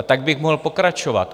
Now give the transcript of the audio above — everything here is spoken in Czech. Tak bych mohl pokračovat.